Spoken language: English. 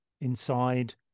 inside